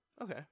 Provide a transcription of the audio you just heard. Okay